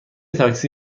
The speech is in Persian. تاکسی